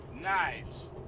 Knives